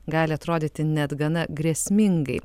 gali atrodyti net gana grėsmingai